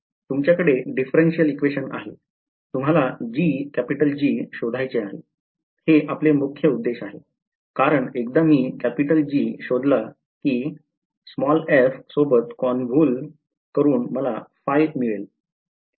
तुमच्याकडे differential equation आहे तुम्हाला G शोधायचे आहे हे आपले मुख्य उद्देश आहे कारण एकदा मी G शोधला कि f सोबत convolve करून मला मिळेल